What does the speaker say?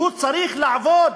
שהוא יעבוד,